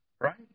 right